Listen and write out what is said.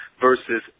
versus